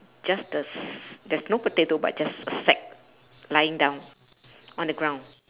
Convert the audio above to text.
just the s~ there's no potato but just a sack lying down on the ground